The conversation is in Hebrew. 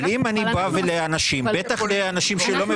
אבל אם אני בא לאנשים, בטח לאנשים שלא מבינים.